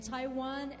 Taiwan